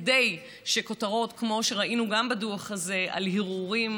כדי שכותרות כמו שראינו גם בדוח הזה על הרהורים,